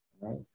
right